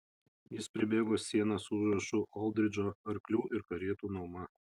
jis pribėgo sieną su užrašu oldridžo arklių ir karietų nuoma